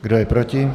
Kdo je proti?